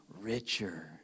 richer